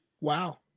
Wow